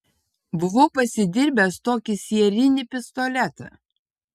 buvau pasidirbęs tokį sierinį pistoletą